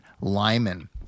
Lyman